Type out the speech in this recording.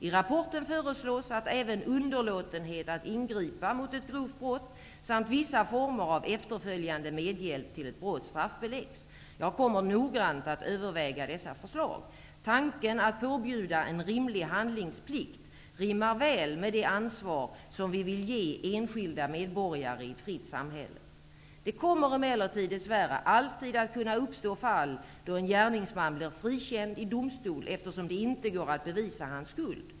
I rapporten föreslås att även underlåtenhet att ingripa mot ett grovt brott samt vissa former av efterföljande medhjälp till ett brott straffbeläggs. Jag kommer att noggrant överväga dessa förslag. Tanken att påbjuda en rimlig handlingsplikt rimmar väl med det ansvar som vi vill ge enskilda medborgare i ett fritt samhälle. Det kommer emellertid dess värre alltid att kunna uppstå fall då en gärningsman blir frikänd i domstol eftersom det inte går att bevisa hans skuld.